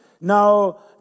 Now